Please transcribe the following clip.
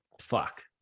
fuck